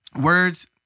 words